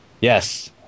Yes